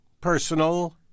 personal